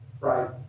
right